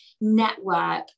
network